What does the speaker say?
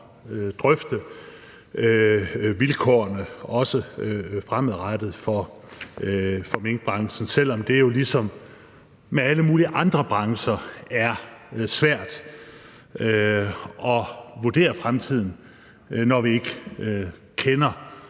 drøfte vilkårene fremadrettet for minkbranchen, selv om det jo ligesom med alle mulige andre brancher er svært at vurdere fremtiden, når vi ikke ved,